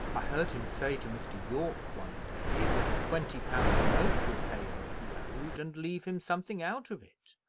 i heard him say to mr. yorke one day, that a twenty-pound note would pay all he owed, and leave him something out of it,